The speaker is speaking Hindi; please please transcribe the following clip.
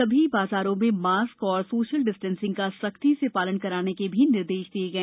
सभी बाजारों में मास्क और सोशल डिस्टेंसिंग का सख्ती से पालन कराने के निर्देश भी दिए गए